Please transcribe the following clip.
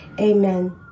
amen